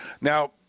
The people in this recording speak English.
now